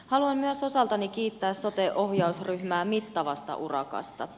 haluan myös osaltani kiittää sote ohjausryhmää mittavasta urakasta